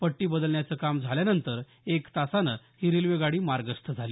पट्टी बदलण्याचं काम झाल्यानंतर एक तासानं ही रेल्वेगाडी मार्गस्थ झाली